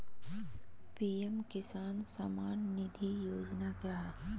PM Kisan Samman Nidhi Yojana क्या है?